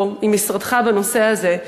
או עם משרדך בנושא הזה.